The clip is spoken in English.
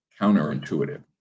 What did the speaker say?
counterintuitive